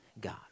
God